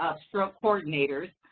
stroke coordinators,